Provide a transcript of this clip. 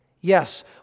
Yes